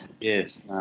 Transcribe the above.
Yes